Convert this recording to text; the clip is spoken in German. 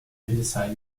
hildesheim